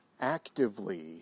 actively